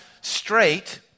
straight